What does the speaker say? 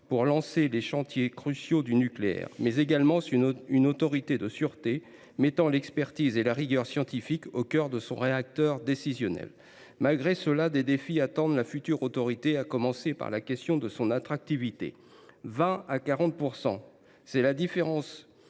pour lancer les chantiers cruciaux du nucléaire, mais également sur une autorité de sûreté, capable de mettre l’expertise et la rigueur scientifique au cœur de son réacteur décisionnel. Malgré cela, des défis attendent la future autorité à commencer par la question de son attractivité : de l’ordre de